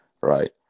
Right